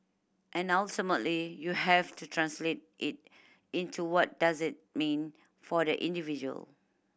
and ultimately you have to translate it into what does it mean for the individual